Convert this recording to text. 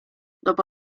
dopo